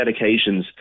medications